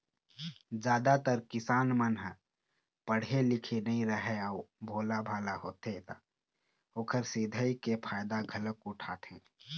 जादातर किसान मन ह पड़हे लिखे नइ राहय अउ भोलाभाला होथे त ओखर सिधई के फायदा घलोक उठाथें